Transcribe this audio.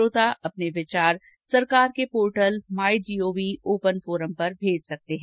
श्रोता अपने विचार सरकार के portal my GOV open forum पर भेज सकते है